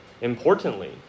Importantly